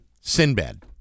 Sinbad